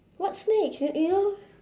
what snake you you know